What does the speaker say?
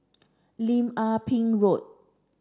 Lim Ah Pin Road